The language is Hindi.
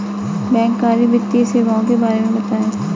बैंककारी वित्तीय सेवाओं के बारे में बताएँ?